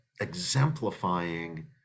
exemplifying